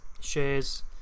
shares